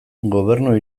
gobernu